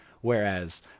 whereas